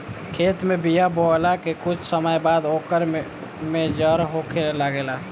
खेत में बिया बोआला के कुछ समय बाद ओकर में जड़ होखे लागेला